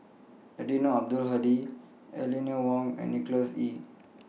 Eddino Abdul Hadi Eleanor Wong and Nicholas Ee